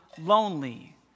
lonely